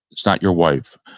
it's not your wife.